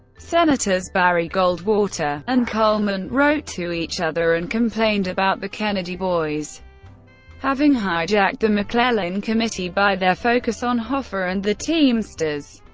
senators barry goldwater and karl mundt wrote to each other and complained about the kennedy boys having hijacked the mcclellan committee by their focus on hoffa and the teamsters.